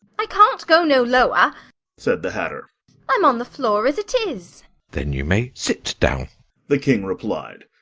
i can't go no lower said the hatter i'm on the floor, as it is then you may sit down the king replied.